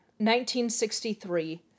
1963